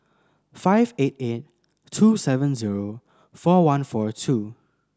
five eight eight two seven zero four one four two